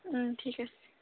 ঠিক আছে